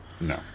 No